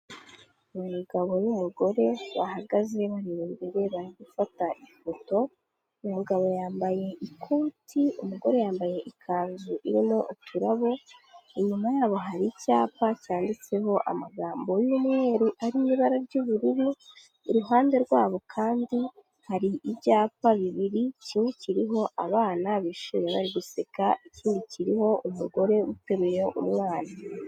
Umugabo n'umugore bahagaze bari imbere bari gufata ifoto, umugabo yambaye ikoti, umugore yambaye ikanzu irimo uturabo, inyuma yabo hari icyapa cyanditseho amagambo y'umweru arimo ibara ry'ubururu, iruhande rwabo kandi hari ibyapa bibiri, kimwe kiriho abana bishimye bari guseka, ikindi kiho umugore uteruye umwana.